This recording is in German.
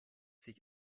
sich